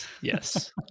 Yes